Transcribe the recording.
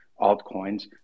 altcoins